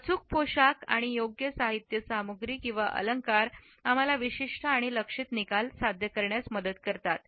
अचूक पोशाख आणि योग्य साहित्य सामग्री किंवा अलंकार आम्हाला विशिष्ट आणि लक्ष्यित निकाल साध्य करण्यास मदत करतात